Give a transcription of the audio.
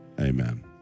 Amen